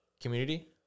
Community